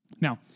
Now